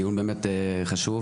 דיון באמת חשוב.